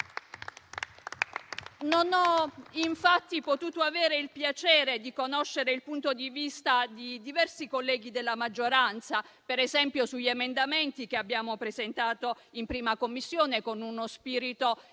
Non ho potuto avere il piacere di conoscere il punto di vista di diversi colleghi della maggioranza, per esempio sugli emendamenti che abbiamo presentato in 1a Commissione con uno spirito